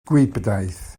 gwibdaith